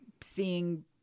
seeing